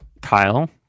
Kyle